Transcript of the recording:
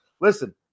Listen